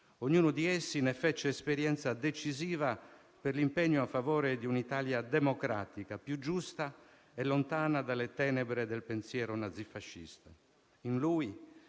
Ognuno di essi ne fece esperienza decisiva per l'impegno a favore di un'Italia democratica più giusta e lontana dalle tenebre del pensiero nazifascista. In lui,